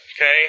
Okay